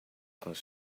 quando